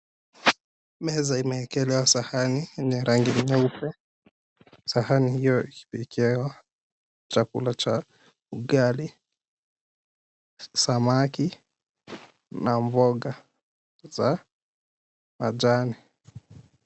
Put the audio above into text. Meza imewekewa sahani ya rangi nyeupe sahani hio ikiwekewa chakula cha ugali samaki na mboga za majani.